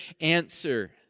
answer